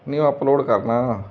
ਨਹੀਂ ਉਹ ਅਪਲੋਡ ਕਰਨਾ